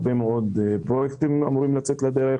יש הרבה מאוד פרויקטים שאמורים לצאת לדרך.